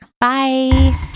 Bye